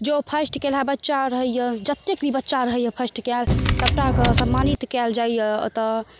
जँ फर्स्ट केलहा बच्चा रहैए जतेक भी बच्चा रहैए फर्स्ट कएल सबटा कऽ सम्मानित कएल जाइत यऽ ओतऽ